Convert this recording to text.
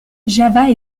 java